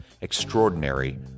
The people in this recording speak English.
extraordinary